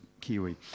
Kiwi